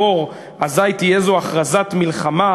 אבל אני רוצה להגיד דבר אחד שקשור להליכי הדמוקרטיה,